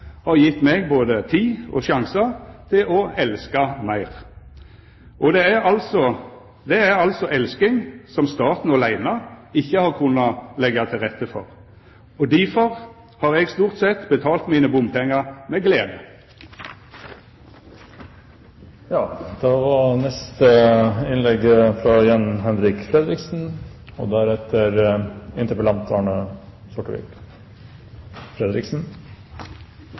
har gjeve meg både tid og sjansar til å elska meir. Og det er altså elsking som staten åleine ikkje har kunna leggja til rette for. Derfor har eg stort sett betalt mine bompengar med glede. Det var da jammen godt at vi ikke brukte dem opp over natta – 2 640 milliarder kr! Det er mange muligheter og